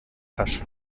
pasch